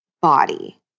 body